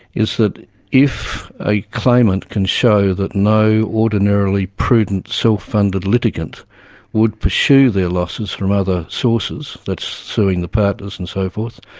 is that if a claimant can show that no ordinarily prudent self-funded litigant would pursue their losses from other sources, that's suing the partners and so forth,